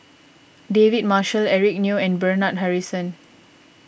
David Marshall Eric Neo and Bernard Harrison